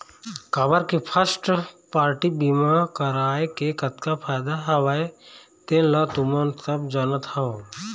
काबर के first party बीमा करवाय के कतका फायदा हवय तेन ल तुमन सब जानत हव